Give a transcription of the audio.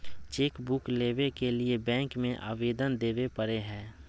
chequebook लेबे के लिए बैंक में अबेदन देबे परेय हइ